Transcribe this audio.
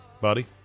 buddy